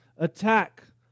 Attack